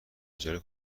اجاره